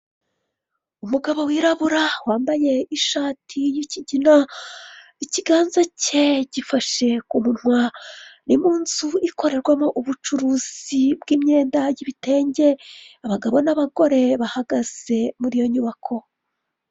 Umugabo wirabura wambaye ishati y'ikigina ikiganza cye gifashe ku munwa ni mu nzu ikorerwamo ubucuruzi bw'imyenda y'ibitenge abagabo n'abagore bahagaze muri iyo nyubako.